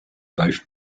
both